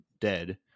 dead